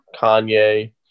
Kanye